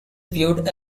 viewed